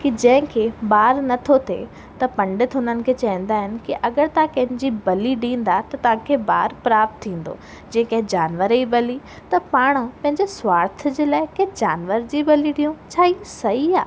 कि जंहिंखे ॿार नथो थिए त पंडित हुननि खे चवंदा आहिनि की अगरि तव्हां कंहिंजी बली ॾींदा त तव्हांखे ॿार प्राप्त थींदो जंहिं कंहिं जानवर ई बली त पाण पंहिंजे स्वार्थ जे लाइ कंहिं जानवर जी बली ॾियो छा इहा सही आहे